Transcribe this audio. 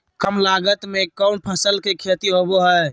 काम लागत में कौन फसल के खेती होबो हाय?